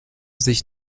sich